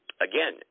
Again